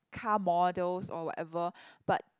car models or whatever but